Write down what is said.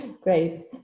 Great